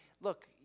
look